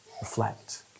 reflect